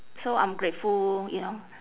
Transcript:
so I'm grateful you know